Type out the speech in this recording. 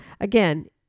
again